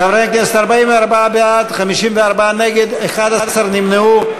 חברי הכנסת, 44 בעד, 54 נגד, 11 נמנעו.